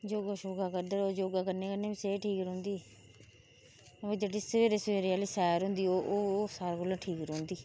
योगा शोगा करदे रवो योगा करने कन्नै बी सेहत फिट रौहंदी मतलब जेह्ड़ी सबेरे सबेरे आहली सैर होंदी ओह् ओह् ओह सारें कोला ठीक रौहंदी